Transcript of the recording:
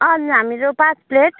हजुर हामीहरू पाँच प्लेट